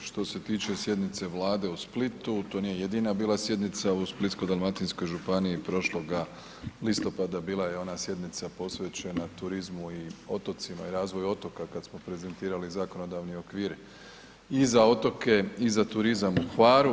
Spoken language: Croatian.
Što se tiče sjednice Vlade u Splitu, to nije jedina bila sjednica u Splitsko-dalmatinskoj županiji prošloga listopada, bila je i ona sjednica posvećena turizmu i otocima i razvoju otoka kada smo prezentirali zakonodavni okvir i za otoke i za turizam u Hvaru.